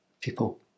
people